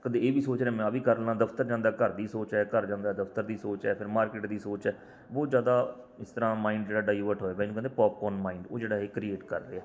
ਕਦੇ ਇਹ ਵੀ ਸੋਚ ਰਿਹਾ ਮੈਂ ਆਹ ਵੀ ਕਰ ਲਾਂ ਦਫਤਰ ਜਾਂਦਾ ਘਰ ਦੀ ਸੋਚ ਹੈ ਘਰ ਜਾਂਦਾ ਦਫਤਰ ਦੀ ਸੋਚ ਹੈ ਫਿਰ ਮਾਰਕੀਟ ਦੀ ਸੋਚ ਹੈ ਬਹੁਤ ਜ਼ਿਆਦਾ ਇਸ ਤਰ੍ਹਾਂ ਮਾਇੰਡ ਜਿਹੜਾ ਡਾਈਵਰਟ ਹੋਇਆ ਪਿਆ ਇਹਨੂੰ ਕਹਿੰਦੇ ਪੋਪਕੋਨ ਮਾਈਂਡ ਉਹ ਜਿਹੜਾ ਇਹ ਕ੍ਰੀਏਟ ਕਰ ਰਿਹਾ